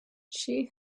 she